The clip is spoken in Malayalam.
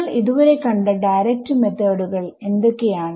നിങ്ങൾ ഇതുവരെ കണ്ട ഡയറക്റ്റ് മെത്തേഡുകൾ എന്തൊക്കെയാണ്